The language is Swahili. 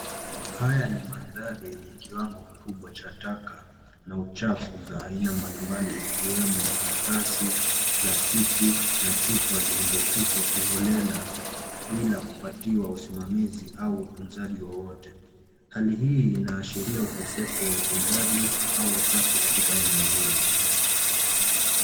Haya ni mandhari yenye kiwango kikubwa cha taka na uchafu za aina mbali mbali ikiwemo: karatasi, plastiki na chupa zilizotupwa kiholela bila kupatiwa usimamizi au utunzaji wowote. Hali hii inaashiria ukosefu wa utunzaji au usafi katika eneo hili.